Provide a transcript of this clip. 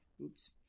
Oops